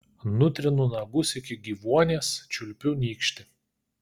nutrinu nagus iki gyvuonies čiulpiu nykštį